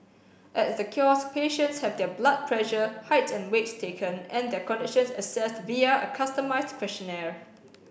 at the kiosk patients have their blood pressure height and weight taken and their conditions assessed via a customised questionnaire